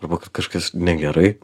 arba kad kažkas negerai